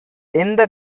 எந்த